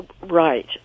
Right